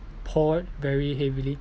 poured very heavily